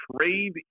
trade